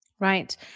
Right